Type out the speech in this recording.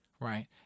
Right